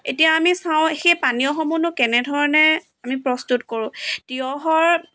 এতিয়া আমি চাওঁ সেই পানীয়সমূহনো কেনেধৰণে আমি প্ৰস্তুত কৰোঁ তিঁয়হৰ